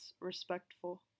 respectful